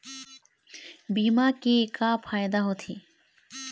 बीमा के का फायदा होते?